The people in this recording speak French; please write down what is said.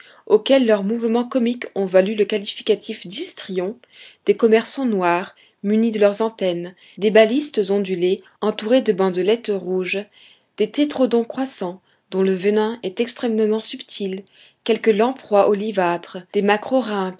auxquels leurs mouvements comiques ont valu le qualificatif d'histrions des commerçons noirs munis de leurs antennes des balistes ondulés entourés de bandelettes rouges des tétrodons croissants dont le venin est extrêmement subtil quelques lamproies olivâtres des